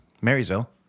Marysville